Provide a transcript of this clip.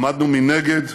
עמדנו מנגד,